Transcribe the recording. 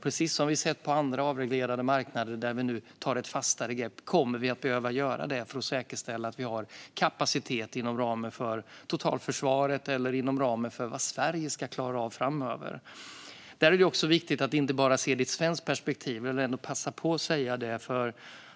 Precis som på andra avreglerade marknader där vi nu tar ett fastare grepp kommer vi att behöva göra det för att säkerställa att vi har kapacitet inom ramen för totalförsvaret eller inom ramen för vad Sverige ska klara av framöver. Jag vill passa på att säga att det är viktigt att inte bara se detta ur ett svenskt perspektiv.